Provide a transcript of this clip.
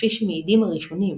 כפי שמעידים הראשונים,